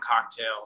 cocktail